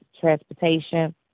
transportation